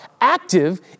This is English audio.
active